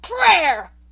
prayer